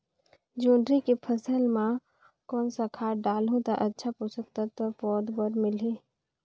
जोंदरी के फसल मां कोन सा खाद डालहु ता अच्छा पोषक तत्व पौध बार मिलही?